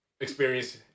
experience